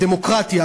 הדמוקרטיה,